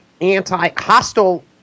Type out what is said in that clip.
Anti-hostile